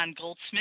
Goldsmith